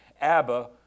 Abba